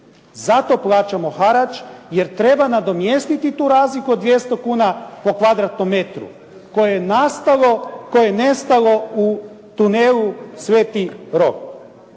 Zato plaćamo harač, jer treba nadomjestiti tu razliku od 200 kuna po kvadratnom metru koje je nestalo u tunelu "sv. Rok"